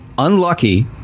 Unlucky